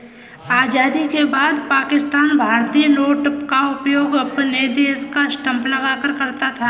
आजादी के बाद पाकिस्तान भारतीय नोट का उपयोग अपने देश का स्टांप लगाकर करता था